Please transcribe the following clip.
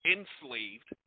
Enslaved